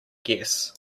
guess